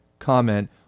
comment